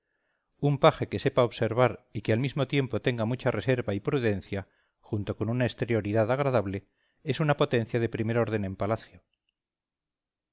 un paje que sepa observar y que al mismo tiempo tenga mucha reserva y prudencia junto con una exterioridad agradable es una potencia de primer orden en palacio